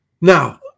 Now